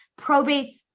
probates